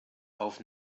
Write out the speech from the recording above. auf